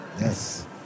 Yes